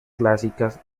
clásicas